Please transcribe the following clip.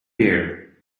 here